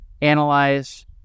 analyze